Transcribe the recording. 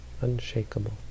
Unshakable